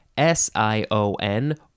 S-I-O-N